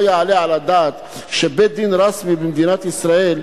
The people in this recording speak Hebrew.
לא יעלה על הדעת שלפי בית-דין רשמי במדינת ישראל,